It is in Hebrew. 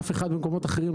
אף אחד מקומות אחרים,